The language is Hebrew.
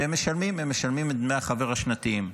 והם משלמים, הם משלמים את דמי החבר השנתיים.